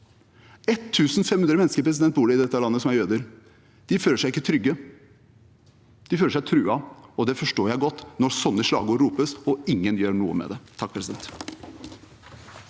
1 500 mennesker bor det i dette landet som er jøder. De føler seg ikke trygge. De føler seg truet, og det forstår jeg godt når sånne slagord ropes og ingen gjør noe med det. Presidenten